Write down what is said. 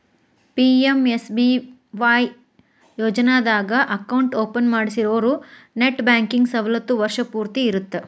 PMSBY ಯೋಜನಾದಾಗ account open ಮಾಡ್ಸಿರೋರು net banking ಸವಲತ್ತು ವರ್ಷ್ ಪೂರ್ತಿ ಇರತ್ತ